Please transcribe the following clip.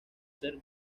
ser